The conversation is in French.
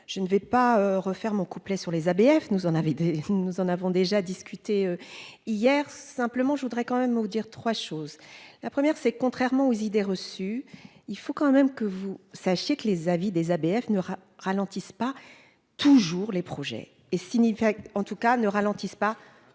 je ne vais pas refaire mon couplet sur les ABF nous en avait des, nous en avons déjà discuté hier simplement je voudrais quand même au dire 3 choses : la première c'est, contrairement aux idées reçues, il faut quand même que vous sachiez que les avis des ABF ne ralentissent pas toujours les projets et signifierait en tout cas ne ralentissent pas toujours